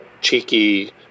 cheeky